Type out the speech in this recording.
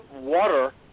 water